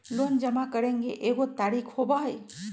Loan जमा करेंगे एगो तारीक होबहई?